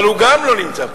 אבל גם הוא לא נמצא פה.